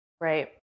Right